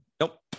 Nope